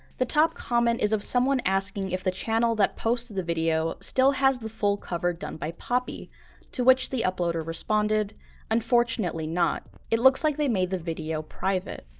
the top comment is of someone asking if the channel that posted the video still has the full cover done by poppy to which the uploader responded unfortunately not it looks like they made the video private.